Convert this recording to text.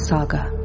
Saga